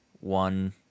one